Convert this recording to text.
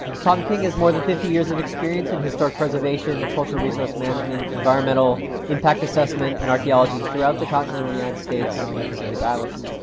tom king has more than fifty years of experience in historic preservation, cultural resource management, environmental impact assessment, and in archaeology throughout the continental united states and the pacific islands.